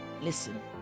Listen